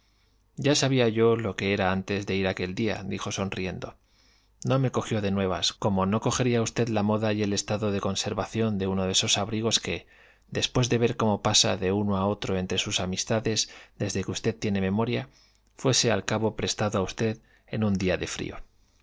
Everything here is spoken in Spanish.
ya sabía yo lo que era antes de aquel día dijo sonriendo no me cogió de nuevas como no cogería a usted la moda y el estado de conservación de uno de esos abrigos que después de ver cómo pasa de uno a otro entre sus amistades desde que usted tiene memoria fuese al cabo prestado a usted en un día de frío